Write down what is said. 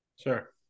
Sure